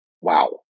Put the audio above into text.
wow